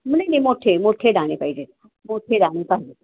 नाही नाही मोठे मोठे दाणे पाहिजे मोठे दाणे पाहिजे